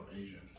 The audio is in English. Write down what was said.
Asian